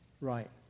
right